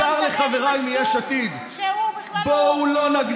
מנסור שהוא בכלל לא,